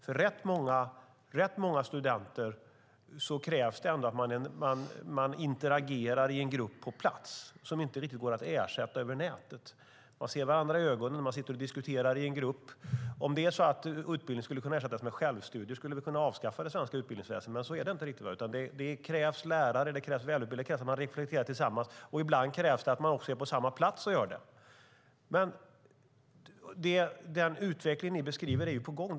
För rätt många studenter krävs det att man interagerar i en grupp på plats, något som inte går att ersätta över nätet. Man ser varandra i ögonen när man sitter och diskuterar i en grupp. Om det vore så att utbildning skulle kunna ersättas med självstudier skulle vi kunna avskaffa det svenska utbildningsväsendet. Men så är det inte riktigt, utan det krävs välutbildade lärare som man rekryterar tillsammans, och ibland krävs det att man också är på samma plats och gör det. Den utveckling som ni beskriver är ju på gång.